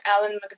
Alan